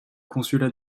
consulat